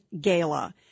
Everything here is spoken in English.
Gala